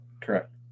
correct